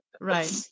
Right